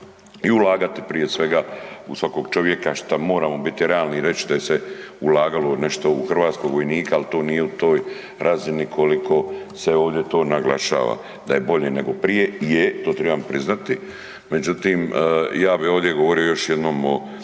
i ulagati prije svega u svakog čovjeka šta moramo biti realni i reći da se ulagalo nešto u hrvatskog vojnika ali to nije u toj razini koliko se ovdje to naglašava. Da je bolje nego prije, je, to trebam priznati, međutim ja bi ovdje govorio o još jednom